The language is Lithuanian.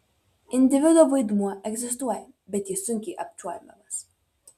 individo vaidmuo egzistuoja bet jis sunkiai apčiuopiamas